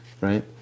right